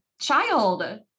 child